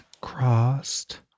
Crossed